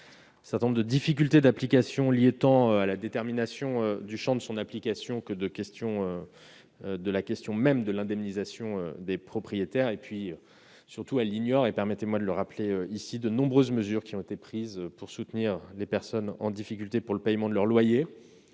certain nombre de difficultés d'application liées tant à la détermination de son champ d'application qu'à des questions d'indemnisation des propriétaires. D'autre part, elle ignore- permettez-moi de le rappeler -les nombreuses mesures qui ont été prises pour soutenir les personnes en difficulté dans le paiement de leur loyer.